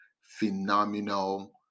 phenomenal